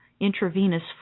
intravenous